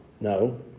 No